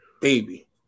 Baby